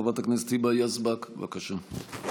חברת הכנסת היבה יזבק, בבקשה.